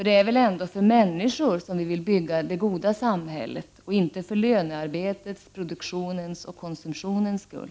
Det är väl ändå för människor vi vill bygga det goda samhället och inte för lönearbetets, produktionens och konsumtionens skull.